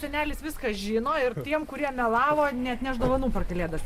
senelis viską žino ir tiem kurie melavo neatneš dovanų per kalėdas